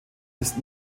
ist